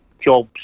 jobs